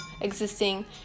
existing